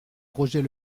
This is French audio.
roger